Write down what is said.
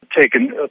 taken